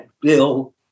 Bill